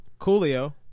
Coolio